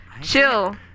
Chill